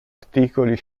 articoli